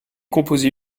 composé